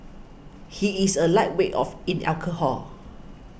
he is a lightweight of in alcohol